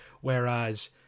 whereas